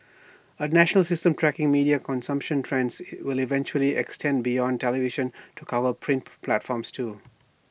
A national system tracking media consumption trends will eventually extend beyond television to cover print platforms too